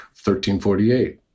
1348